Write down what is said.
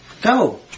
Go